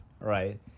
Right